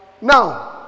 Now